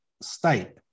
state